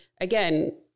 again